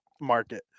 market